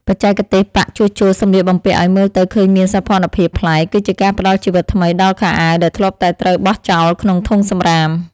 បច្ចេកទេសប៉ាក់ជួសជុលសម្លៀកបំពាក់ឱ្យមើលទៅឃើញមានសោភ័ណភាពប្លែក គឺជាការផ្ដល់ជីវិតថ្មីដល់ខោអាវដែលធ្លាប់តែត្រូវបោះចោលក្នុងធុងសំរាម។